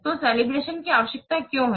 तो केलेब्रतिओन की आवश्यकता क्यों है